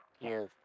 Yes